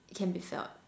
it can be felt